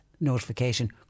notification